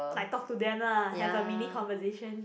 like talk to them lah have a mini conversation